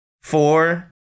four